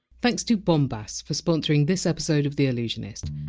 thanks to bombas for sponsoring this episode of the allusionist.